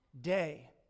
day